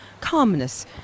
calmness